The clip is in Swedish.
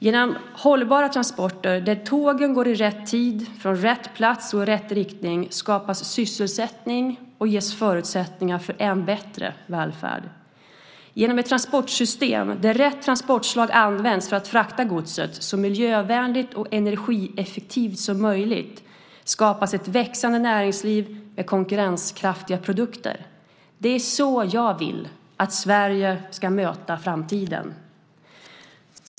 Genom hållbara transporter, där tågen går i rätt tid, från rätt plats och i rätt riktning, skapas sysselsättning och ges förutsättningar för än bättre välfärd. Genom ett transportsystem där rätt transportslag används för att frakta godset så miljövänligt och energieffektivt som möjligt skapas ett växande näringsliv med konkurrenskraftiga produkter. Det är så jag vill att Sverige ska möta framtiden.